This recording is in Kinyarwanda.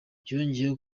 yongeyeho